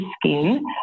skin